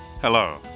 Hello